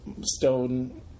stone